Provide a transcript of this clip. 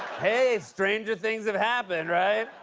hey, stranger things have happened, right?